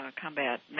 combat